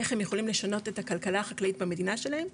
איך הם יכולים לשנות את הכלכלה החקלאית במדינה שלהם,